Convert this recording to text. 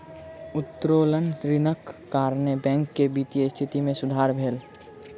उत्तोलन ऋणक कारणेँ बैंक के वित्तीय स्थिति मे सुधार भेल